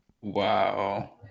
Wow